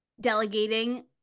Delegating